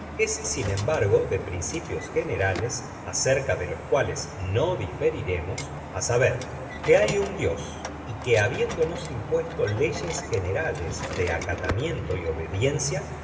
es sin embargo de principios generales acerca de los cuales no diferiremos á saber que hay un dios y que habiéndonos impuesto leyes generales de acatamiento y obediencia